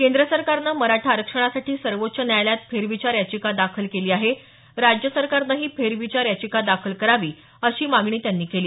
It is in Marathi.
केंद्र सरकारने मराठा आरक्षणासाठी सर्वोच्च नायालयात फेरविचार याचिका दाखल केली आहे राज्य सरकारनंही फेरविचार याचिका दाखल करावी अशी मागणी त्यांनी केली